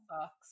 sucks